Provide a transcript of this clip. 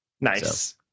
nice